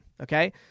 Okay